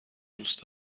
دوست